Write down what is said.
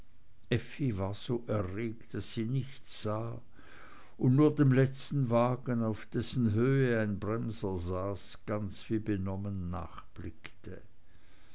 war so erregt daß sie nichts sah und nur dem letzten wagen auf dessen höhe ein bremser saß ganz wie benommen